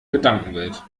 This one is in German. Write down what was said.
gedankenwelt